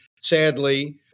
sadly